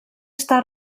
està